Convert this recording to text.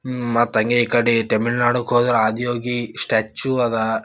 ಹ್ಞೂ ಮತ್ತು ಹಂಗೆ ಈ ಕಡೆ ತಮಿಳ್ನಾಡಗ್ ಹೋದ್ರೆ ಆದಿಯೋಗಿ ಸ್ಟ್ಯಾಚ್ಯು ಅದ